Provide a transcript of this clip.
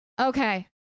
Okay